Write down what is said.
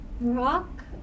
rock